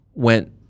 Went